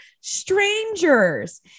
strangers